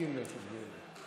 מסכים להמשך דיון?